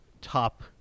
top